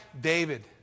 David